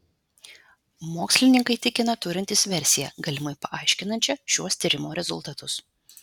mokslininkai tikina turintys versiją galimai paaiškinančią šiuos tyrimo rezultatus